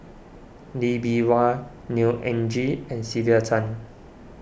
Lee Bee Wah Neo Anngee and Sylvia Tan